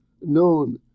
known